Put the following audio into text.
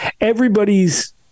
everybody's